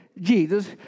Jesus